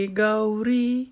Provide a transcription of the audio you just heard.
Gauri